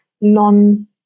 non